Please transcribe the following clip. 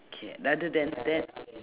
okay rather than that